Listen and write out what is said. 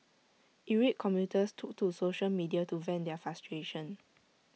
irate commuters took to social media to vent their frustration